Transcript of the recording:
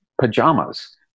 pajamas